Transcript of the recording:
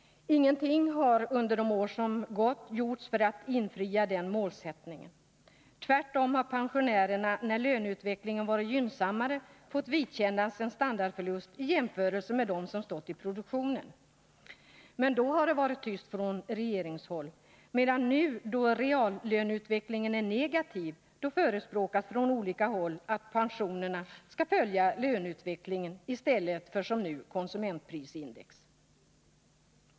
Ingenting har under de år som gått gjorts för att infria den målsättningen. Tvärtom har pensionärerna när löneutvecklingen varit gynnsammare fått vidkännas en standardförlust i jämförelse med dem som stått i produktionen. Men då har det varit tyst från regeringshåll, medan det nu, då reallöneutvecklingen är negativ, förespråkas från olika håll att pensionerna skall följa löneutvecklingen i stället för som nu konsumentprisindex.